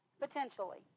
potentially